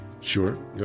Sure